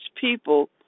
people